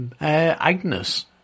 Agnes